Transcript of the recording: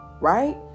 right